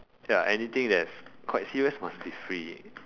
ya anything that's quite serious must be free